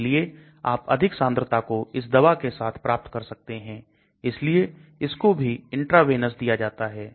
इसलिए आप अधिक सांद्रता को इस दवा के साथ प्राप्त कर सकते हैं इसलिए इसको भी इंट्रावेनस दिया जाता है